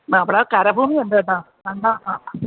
മാപ്രാ കരഭൂമിയുണ്ട് കേട്ടോ കണ്ടാ ആ